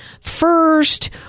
first